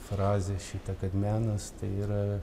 frazę šitą kad menas tai yra